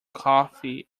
coffee